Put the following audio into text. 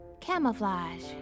Camouflage